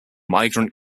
migrant